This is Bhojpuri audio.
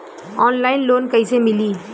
ऑनलाइन लोन कइसे मिली?